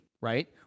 right